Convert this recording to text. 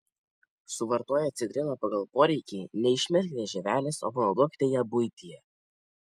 suvartoję citriną pagal poreikį neišmeskite žievelės o panaudokite ją buityje